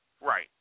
right